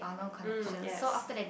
mm yes